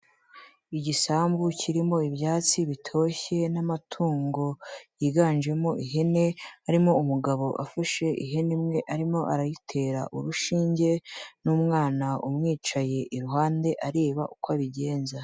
Igisambu kirimo ibyatsi bitoshye n'amatungo yiganjemo ihene, harimo umugabo afashe ihene imwe arimo arayitera urushinge, n'umwana umwicaye iruhande, areba uko abigenza.